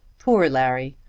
poor larry!